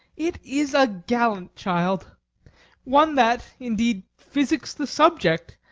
it is a gallant child one that indeed physics the subject,